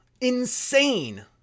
Insane